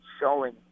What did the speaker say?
showing